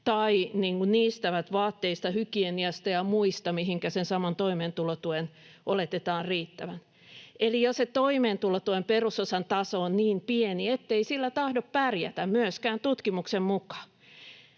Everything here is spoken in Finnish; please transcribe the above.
tai niistävät vaatteista, hygieniasta ja muista, mihinkä sen saman toimeentulotuen oletetaan riittävän. Eli jo se toimeentulotuen perusosan taso on niin pieni, ettei sillä tahdo pärjätä myöskään tutkimuksen mukaan,